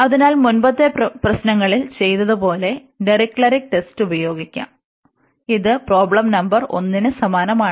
അതിനാൽ മുമ്പത്തെ പ്രശ്നങ്ങളിൽ ചെയ്തതു പോലെ ഡിറിക്ലെറ്റ് ടെസ്റ്റ് ഉപയോഗിക്കാം അതിനാൽ ഇത് പ്രോബ്ലം നമ്പർ 1 ന് സമാനമാണ്